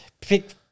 pick